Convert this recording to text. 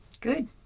Good